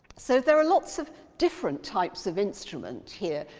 so there are lots of different types of instrument here.